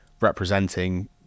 representing